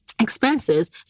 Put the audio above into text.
expenses